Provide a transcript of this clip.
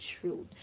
truth